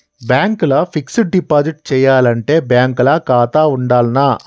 Bank ల fixed deposit చేయాలంటే bank ల ఖాతా ఉండాల్నా?